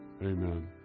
Amen